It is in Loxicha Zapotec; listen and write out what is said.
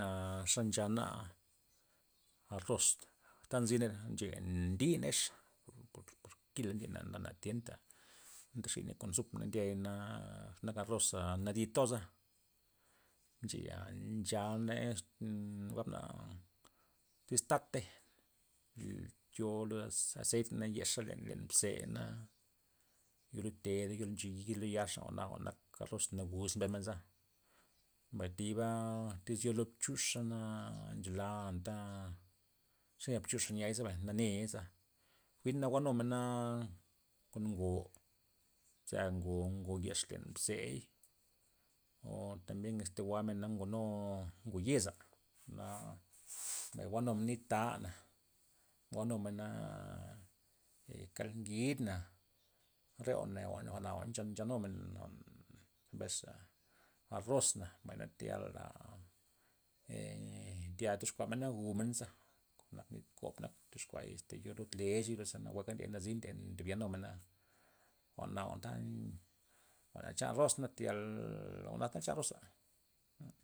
Aa xe nchana, arroz ta nzina re'ya ncheya ndineyx por- por kila ndimena na na tienta ndexiney konosup ndiay ze nak arroza nadi toza, ncheya nchaney mgabna tys tatey yo lus aze- azeita' na yexa len ze'na yolud teda' yolud nxeyida lud yaxa jwa'na jwa'n nak arroz nawuz mbes menza, mbay thiba tys yo lud chuxa na nchola anta senya chuxa niay se bay nane' niay zebay, jwi'n jwa'numena kon ngo' za ngo- ngo yex len azeit o tambien este jwa'men kon ngo yeza' jwa'na mbay jwua'numena kon nit tana, jwa'numena ee kon kald ngidna, re jwa'na jwa'na nchanumena jwa'n mbes xa arrozna' mbay tayalna ee tayal toxkuamena gumenaza, nak lud nit kob nak tyoxkuay este yo lud lexa yo luda za nawue ndiey za nazi ndiey ndob yanumena jwa'na jwa'n ta chan arrozna tayal jwa'na nak chan arroz'a.